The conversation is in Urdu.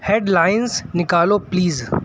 ہیڈ لائنس نکالو پلیز